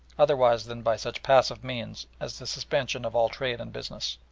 otherwise than by such passive means as the suspension of all trade and business.